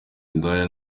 indaya